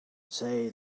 say